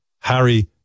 Harry